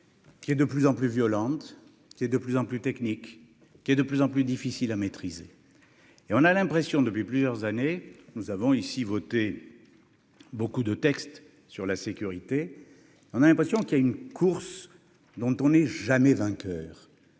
Qu'il y a de plus en plus violentes, c'est de plus en plus technique, qui est de plus en plus difficile à maîtriser et on a l'impression, depuis plusieurs années, nous avons ici voté beaucoup de textes sur la sécurité, on a l'impression qu'il y a une course dont on est jamais vainqueur